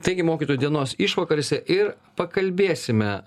taigi mokytojų dienos išvakarėse ir pakalbėsime